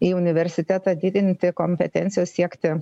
į universitetą didinti kompetencijos siekti